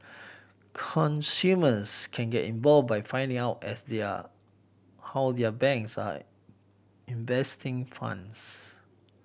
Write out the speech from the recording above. consumers can get involved by finding out as their how their banks are investing funds